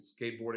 skateboarding